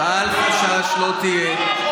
לא תהיה.